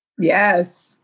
Yes